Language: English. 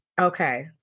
Okay